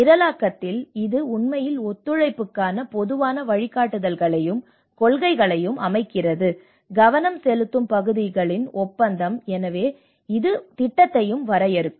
நிரலாக்கத்தில் இது உண்மையில் ஒத்துழைப்புக்கான பொதுவான வழிகாட்டுதல்களையும் கொள்கைகளையும் அமைக்கிறது கவனம் செலுத்தும் பகுதிகளின் ஒப்பந்தம் எனவே இது திட்டத்தையும் வரையறுக்கும்